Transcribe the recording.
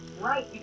Right